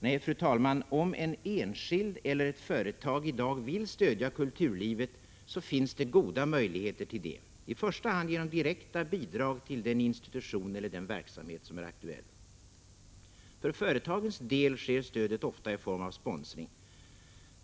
Nej, fru talman, om en enskild eller ett företag i dag vill stödja kulturlivet finns det goda möjligheter till det, i första hand genom direkta bidrag till den institution eller den verksamhet som är aktuell. För företagens del sker stödet ofta i form av sponsring.